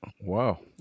Wow